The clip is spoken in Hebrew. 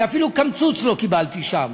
שאפילו קמצוץ לא קיבלתי שם.